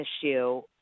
issue